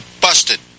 busted